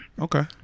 Okay